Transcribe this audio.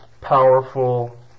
powerful